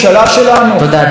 אז מה שאני יכול לומר,